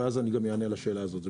ואני גם אענה על השאלה הזאת.